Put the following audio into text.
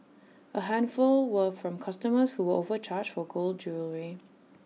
A handful were from customers who were overcharged for gold jewellery